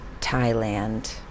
Thailand